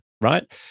right